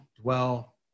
dwell